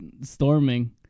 storming